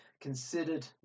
considered